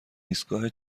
ایستگاه